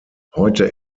heute